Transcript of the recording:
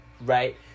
Right